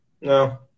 No